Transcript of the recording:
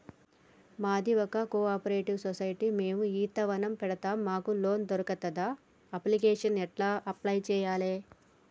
మాది ఒక cooperative society మేము ఈత వనం పెడతం మాకు లోన్ దొర్కుతదా? అప్లికేషన్లను ఎట్ల అప్లయ్ చేయాలే?